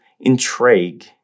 intrigue